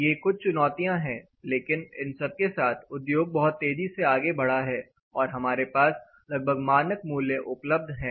ये कुछ चुनौतियां हैं लेकिन इन सबके साथ उद्योग बहुत तेजी से आगे बढ़ा है और हमारे पास लगभग मानक मूल्य उपलब्ध है